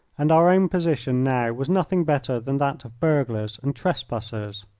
and our own position now was nothing better than that of burglars and trespassers.